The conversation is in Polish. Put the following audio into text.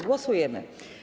Głosujemy.